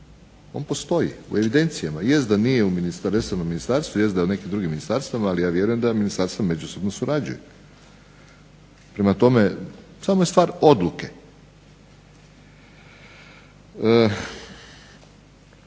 on postoji u evidencijama, jest da nije …/Ne razumije se./… u ministarstvu, jest da je u nekim drugim ministarstvima ali ja vjerujem da ministarstva međusobno surađuju. Prema tome, samo je stvar odluke.